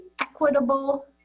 equitable